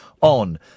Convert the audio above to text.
On